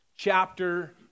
Chapter